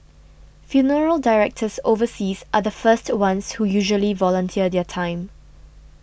funeral directors overseas are the first ones who usually volunteer their time